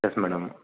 yes madam